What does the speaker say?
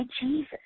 Jesus